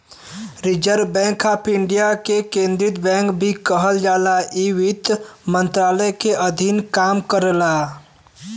reserve bank of India के केंद्रीय bank भी कहल जाला इ वित्त मंत्रालय के अधीन काम करला